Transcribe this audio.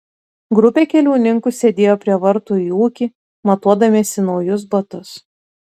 grupė keliauninkų sėdėjo prie vartų į ūkį matuodamiesi naujus batus